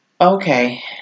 Okay